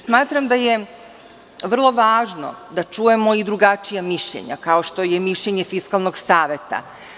Smatram da je vrlo važno da čujemo i drugačija mišljenja, kao što je i mišljenje Fiskalnog saveta.